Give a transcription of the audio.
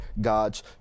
God's